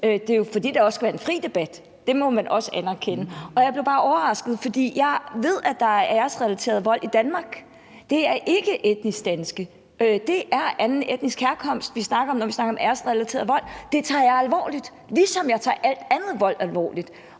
Det er jo, fordi der også skal være en fri debat. Det må man også anerkende. Og jeg blev bare overrasket, for jeg ved, at der er æresrelateret vold i Danmark. Det er ikke etnisk danske, det er folk af anden etnisk herkomst, vi snakker om, når vi snakker om æresrelateret vold. Det tager jeg alvorligt, ligesom jeg tager al anden vold alvorligt.